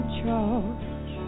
charge